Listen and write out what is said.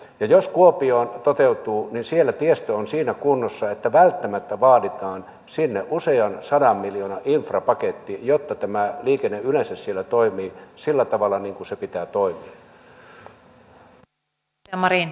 ja jos kuopio toteutuu niin siellä tiestö on siinä kunnossa että välttämättä vaaditaan sinne usean sadan miljoonan infrapaketti jotta liikenne yleensä siellä toimii sillä tavalla niin kuin sen pitää toimia